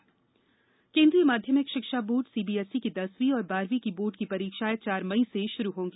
Nishank CBSE केन्द्रीय माध्यमिक शिक्षा बोर्ड सीबीएसई की दसवीं और बारहवीं की बोर्ड की परीक्षाएं चार मई से शुरू होंगी